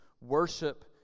worship